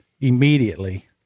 immediately